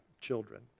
children